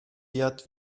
wird